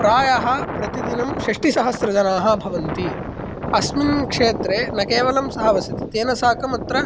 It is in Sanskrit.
प्रायः प्रतिदिनं षष्टिसहस्रजनाः भवन्ति अस्मिन् क्षेत्रे न केवलं सः वसति तेन साकम् अत्र